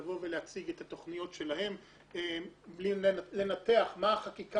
לבוא ולהציג את התוכניות שלהם בלי לנתח מה החקיקה